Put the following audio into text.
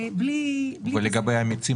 ולגבי מיצים